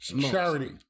charity